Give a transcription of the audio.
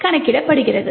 கணக்கிடப்படுகிறது